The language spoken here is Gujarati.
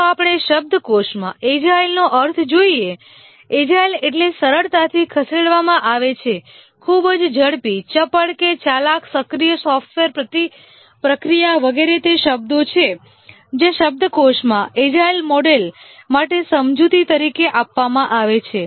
જો આપણે શબ્દકોશમાં એજાઇલનો અર્થ જોઈએ એજાઇલ એટલે સરળતાથી ખસેડવામાં આવે છે ખૂબ જ ઝડપી ચપળ કે ચાલાક સક્રિય સોફ્ટવેર પ્રક્રિયા વગેરે તે શબ્દો છે જે શબ્દકોશમાં એજાઇલ મોડેલ માટે સમજૂતી તરીકે આપવામાં આવે છે